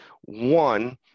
One